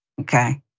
okay